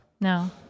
No